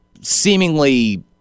seemingly